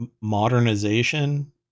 modernization